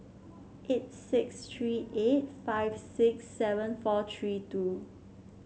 eight six tree eight five six seven four tree two